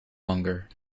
longer